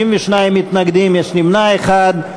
62 מתנגדים, יש נמנע אחד.